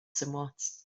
somewhat